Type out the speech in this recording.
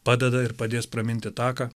padeda ir padės praminti taką